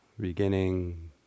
beginning